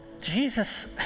Jesus